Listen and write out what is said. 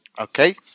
Okay